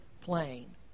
plane